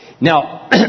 Now